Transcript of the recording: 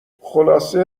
خلاصه